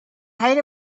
height